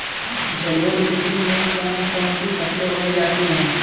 जलोढ़ मिट्टी में कौन कौन सी फसलें उगाई जाती हैं?